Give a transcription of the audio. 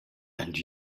and